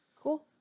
Cool